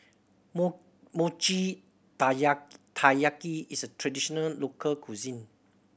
mochi taiyaki is a traditional local cuisine